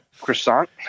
Croissant